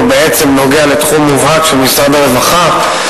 הוא בעצם נוגע בתחום מובהק של משרד הרווחה,